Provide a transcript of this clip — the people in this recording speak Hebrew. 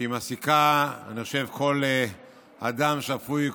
שאני חושב שהיא מעסיקה כל אדם שפוי,